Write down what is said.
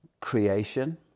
Creation